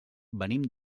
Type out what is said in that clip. venim